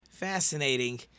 fascinating